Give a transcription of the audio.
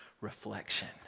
reflection